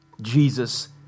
jesus